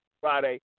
Friday